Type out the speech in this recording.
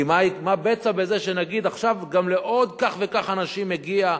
כי מה בצע בזה שנגיד עכשיו גם לעוד כך וכך אנשים מגיע,